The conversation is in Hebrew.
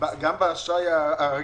גם באשראי הרגיל?